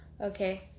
Okay